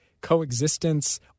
coexistence